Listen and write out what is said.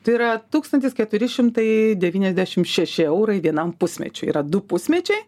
tai yra tūkstantis keturi šimtai devyniasdešim šeši eurai vienam pusmečiui yra du pusmečiai